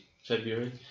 February